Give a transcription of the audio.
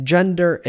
Gender